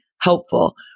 Helpful